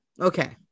okay